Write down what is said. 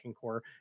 core